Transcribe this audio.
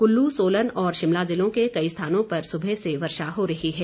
कुल्लू सोलन और शिमला जिलों के कई स्थानों पर सुबह से वर्षा हो रही है